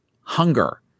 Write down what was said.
hunger